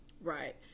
Right